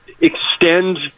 extend